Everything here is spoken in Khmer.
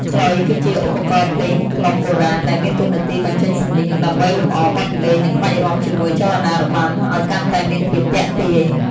ខ្លុយ គឺជាឧបករណ៍ភ្លេងផ្លុំបុរាណ ដែលមានតួនាទីបញ្ចេញសំនៀង ដើម្បីលម្អបទភ្លេង និងក្បាច់រាំជាមួយចលនារបាំ ឲ្យកាន់តែមានភាពទាក់ទាញ។